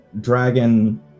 dragon